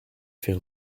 fait